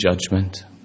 judgment